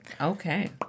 Okay